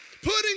putting